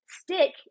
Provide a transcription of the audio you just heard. stick